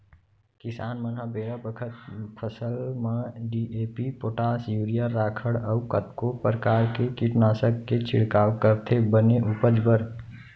किसान मन ह बेरा बखत फसल म डी.ए.पी, पोटास, यूरिया, राखड़ अउ कतको परकार के कीटनासक के छिड़काव करथे बने उपज बर